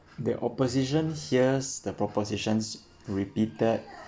the opposition hears the propositions repeated